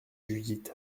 judith